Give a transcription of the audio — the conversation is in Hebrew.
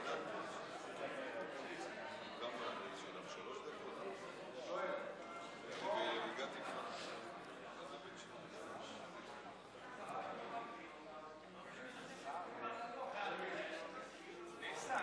ניסן,